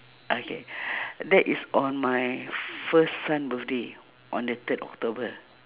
okay that is on my first son birthday on the third october